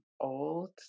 old